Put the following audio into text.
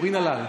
קורין אלאל.